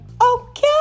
Okay